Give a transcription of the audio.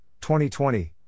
2020